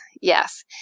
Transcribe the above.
Yes